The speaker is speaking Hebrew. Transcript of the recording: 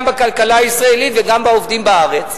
גם בכלכלה הישראלית וגם בעובדים בארץ,